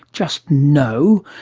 just know,